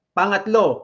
Pangatlo